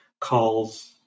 calls